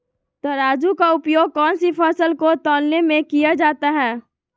तराजू का उपयोग कौन सी फसल को तौलने में किया जाता है?